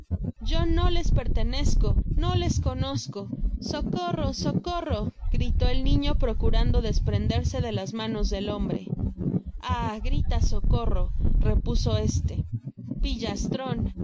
yo no les pertenezco no les conozco socorro socorro gritó el niño procurando desprenderse de las manos del hombre ah gritas socorro repuso éste pillastron